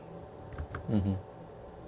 mmhmm